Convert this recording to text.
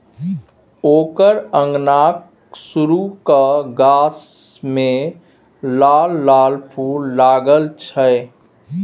ओकर अंगनाक सुरू क गाछ मे लाल लाल फूल लागल छै